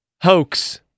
hoax